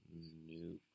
nope